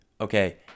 Okay